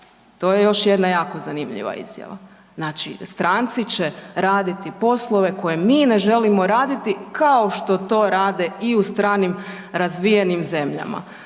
To je još jedna jako zanimljiva izjava. Znači stranci će raditi poslove koje mi ne želimo raditi kao što to rade i u stranim razvijenim zemljama.